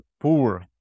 poor